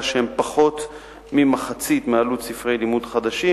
שהם פחות ממחצית עלות ספרי לימוד חדשים.